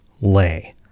lay